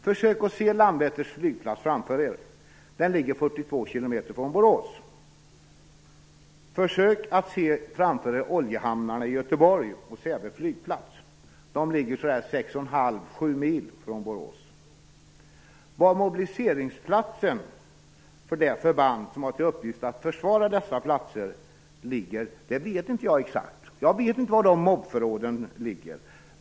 Försök att se Landvetters flygplats framför er! Den ligger 42 km från Borås. Försök att se oljehamnarna i Göteborg och Säve flygplats framför er! De ligger 65-70 km från Borås. Var mobiliseringsplatserna för de förband som har till uppgift att försvara dessa platser ligger, vet jag inte exakt. Jag vet inte var mob-förråden ligger.